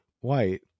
White